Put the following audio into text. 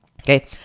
Okay